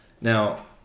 now